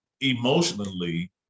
emotionally